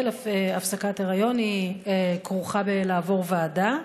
הפסקת היריון כרוכה בצורך לעבור ועדה,